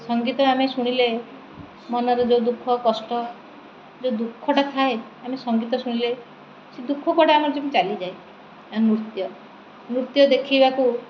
ସଙ୍ଗୀତ ଆମେ ଶୁଣିଲେ ମନର ଯୋଉ ଦୁଃଖ କଷ୍ଟ ଯୋଉ ଦୁଃଖଟା ଥାଏ ଆମେ ସଙ୍ଗୀତ ଶୁଣିଲେ ସେ ଦୁଃଖ କୋଉଟା ଆମର ଯେମିତି ଚାଲିଯାଏ ଆଉ ନୃତ୍ୟ ନୃତ୍ୟ ଦେଖିବାକୁ